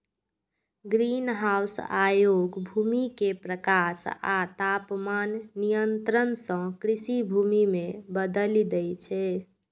greenhouse अयोग्य भूमि कें प्रकाश आ तापमान नियंत्रण सं कृषि भूमि मे बदलि दै छै